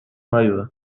river